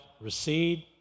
recede